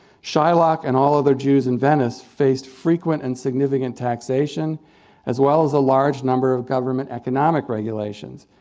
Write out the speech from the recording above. shylock and all other jews in venice faced frequent and significant taxation as well as a large number of government economic regulations.